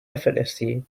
effortlessly